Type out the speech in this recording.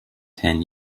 ten